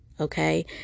Okay